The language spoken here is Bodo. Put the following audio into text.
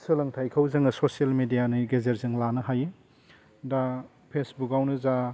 सोलोंथाइखौ जोङो ससियेल मेडियानि गेजेरजों लानो हायो दा फेसबुकआवनो जा